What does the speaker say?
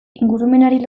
ingurumenari